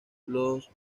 los